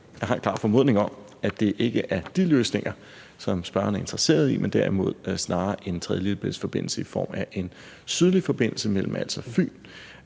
jeg har en klar formodning om, at det ikke er de løsninger, som spørgeren er interesseret i, men derimod snarere en tredje Lillebæltsforbindelse i form af en sydlig forbindelse mellem Als